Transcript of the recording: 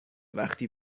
وقتی